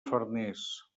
farners